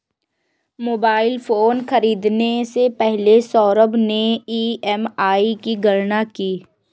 mobile phone खरीदने से पहले सौरभ ने ई.एम.आई की गणना की